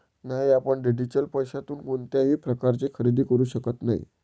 नाही, आपण डिजिटल पैशातून कोणत्याही प्रकारचे खरेदी करू शकत नाही